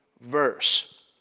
verse